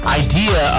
idea